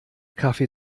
kaffee